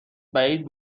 بعید